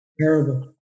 terrible